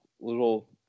little